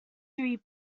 three